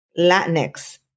Latinx